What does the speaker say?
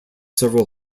several